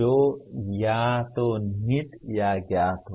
जो या तो निहित या ज्ञात हो